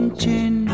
chin